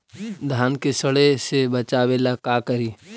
धान के सड़े से बचाबे ला का करि?